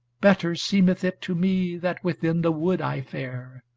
better seemeth it to me, that within the wood i fare,